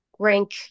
rank